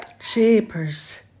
Shapers